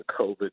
COVID